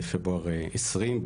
בפברואר 2020,